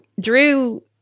Drew